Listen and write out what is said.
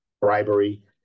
bribery